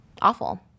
awful